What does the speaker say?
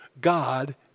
God